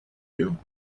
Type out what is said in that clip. you